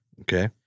Okay